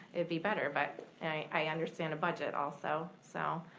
it'd be better, but i understand a budget also. so